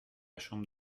chambre